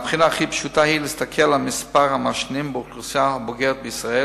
הבחינה הכי פשוטה היא להסתכל על מספר המעשנים באוכלוסייה הבוגרת בישראל,